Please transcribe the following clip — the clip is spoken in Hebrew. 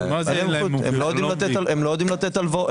לא יודעים לתת הלוואות.